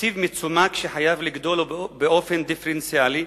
תקציב מצומק שחייב לגדול באופן דיפרנציאלי,